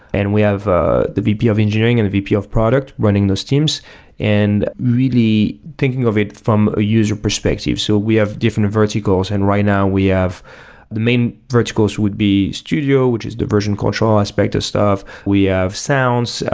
and we have ah the vp of engineering and the vp of product running those teams and really thinking of it from a user perspective. so we have different verticals, and right now, we have the main verticals would be studio, which is the version control aspect of stuff. we have sounds,